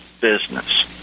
business